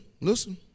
listen